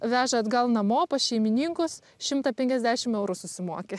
veža atgal namo pas šeimininkus šimtą penkiasdešim eurų susimoki